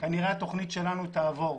שכנראה התכנית שלהם תעבור.